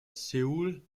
seoul